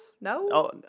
No